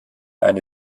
eine